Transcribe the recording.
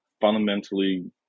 fundamentally